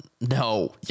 no